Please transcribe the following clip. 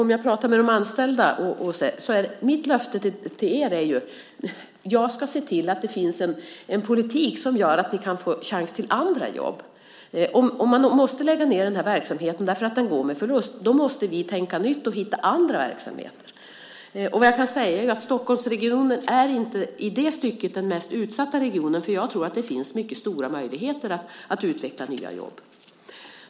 Mitt löfte till de anställda är ju att jag ska se till att det finns en politik som gör att de kan få chans till andra jobb. Om man måste lägga ned den här verksamheten därför att den går med förlust måste vi tänka nytt och hitta andra verksamheter. Stockholmsregionen är inte i det stycket den mest utsatta regionen. Jag tror att det finns mycket stora möjligheter att utveckla nya jobb.